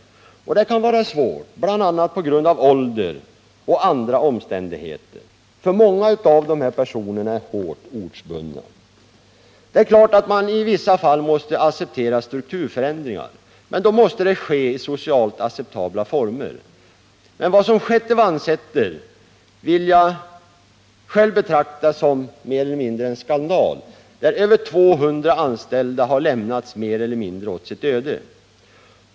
Detta kan vara 27 mars 1979 svårt, på grund av ålder och andra omständigheter, eftersom många av de här människorna är hårt ortsbundna. Det är klart att man i vissa fall måste acceptera strukturförändringar, men då måste det ske i socialt acceptabla former. Vad som skett i Vannsäter betraktar jag själv som en skandal. Över 200 anställda har mer eller mindre lämnats åt sitt öde.